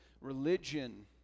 Religion